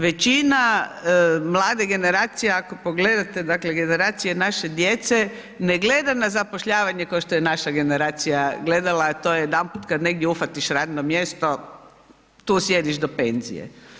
Većina mlade generacije ako pogledate dakle generacija naše djece ne gleda na zapošljavanje kao što je naša generacija gledala a to je jedanput kad negdje uhvatiš radno mjesto, tu sjediš do penzije.